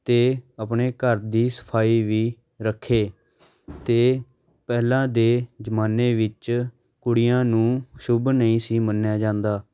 ਅਤੇ ਆਪਣੇ ਘਰ ਦੀ ਸਫਾਈ ਵੀ ਰੱਖੇ ਅਤੇ ਪਹਿਲਾਂ ਦੇ ਜ਼ਮਾਨੇ ਵਿੱਚ ਕੁੜੀਆਂ ਨੂੰ ਸ਼ੁੱਭ ਨਹੀਂ ਸੀ ਮੰਨਿਆ ਜਾਂਦਾ